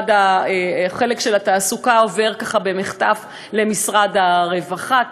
החלק של התעסוקה עובר ככה במחטף למשרד הרווחה,